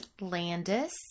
Landis